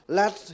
let